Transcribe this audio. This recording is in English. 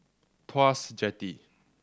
Tuas Jetty